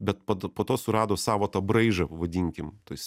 bet po to po to surado savo tą braižą pavadinkim tais